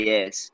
Yes